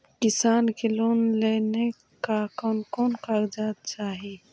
किसान के लोन लेने ला कोन कोन कागजात चाही?